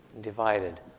divided